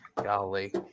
Golly